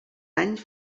any